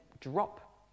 drop